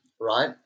Right